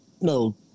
No